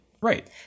Right